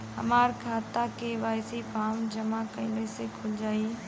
हमार खाता KYC form जमा कइले से खुल जाई?